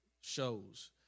shows